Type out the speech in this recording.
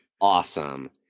awesome